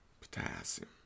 potassium